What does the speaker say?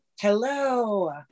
Hello